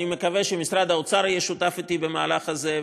ואני מקווה שמשרד האוצר יהיה שותף אתי במהלך הזה,